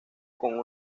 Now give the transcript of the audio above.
con